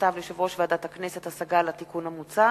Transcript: בכתב ליושב-ראש ועדת הכנסת השגה על התיקון המוצע